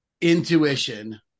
intuition